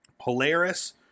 Polaris